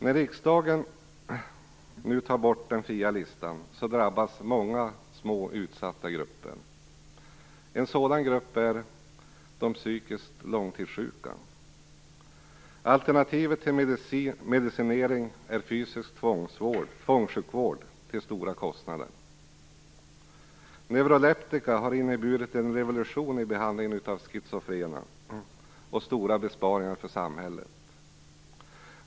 När riksdagen nu tar bort den fria listan drabbas många små utsatta grupper. En sådan grupp är de psykiskt långtidssjuka. Alternativet till medicinering är fysisk tvångssjukvård till stora kostnader. Neuroleptika har inneburit en revolution i behandlingen av schizofrena och stora besparingar för samhället.